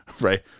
right